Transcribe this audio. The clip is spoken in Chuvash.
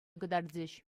кӑтартӗҫ